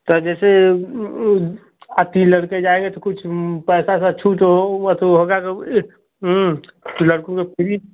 sir जैसे आज ही लड़के जायेंगे तो कुछ पैसा का छूट हो वो तो होगा तो लड़कों के फ्री